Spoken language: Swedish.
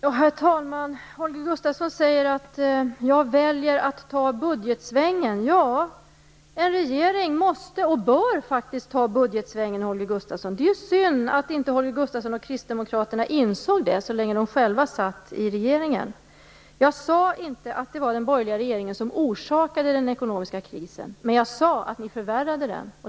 Herr talman! Holger Gustafsson säger att jag väljer att ta budgetsvängen. Ja, en regering måste och bör faktiskt ta budgetsvängen, Holger Gustafsson. Det är ju synd att inte Holger Gustafsson och kristdemokraterna insåg det så länge de själva satt i regeringen. Jag sade inte att det var den borgerliga regeringen som orsakade den ekonomiska krisen, men jag sade att den förvärrade den.